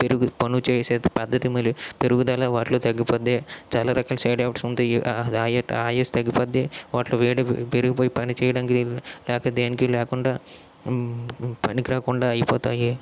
పెరుగు పను చేసే అంత పద్ధతి మరి పెరుగుదల వాటిలో తగ్గిపోద్ది చాల రకాల సైడ్ ఎఫెక్ట్స్ ఉంటయి అయు ఆయుష్షు తగ్గిపోద్ది వాటిలో వేడి పెరిగిపోయి పని చేయడానికి లేక దేనికి లేకుండా పనికిరాకుండా అయిపోతాయి